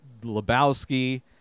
Lebowski